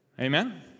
Amen